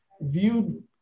viewed